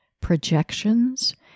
projections